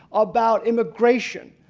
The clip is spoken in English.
about immigration,